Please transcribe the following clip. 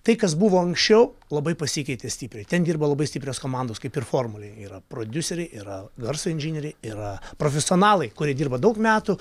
tai kas buvo anksčiau labai pasikeitė stipriai ten dirbo labai stiprios komandos kaip ir formulė yra prodiuseriai yra garso inžinieriai yra profesionalai kurie dirba daug metų